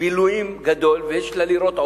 בילויים גדול ויש לה אפשרות לראות עולם,